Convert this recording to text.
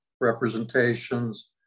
representations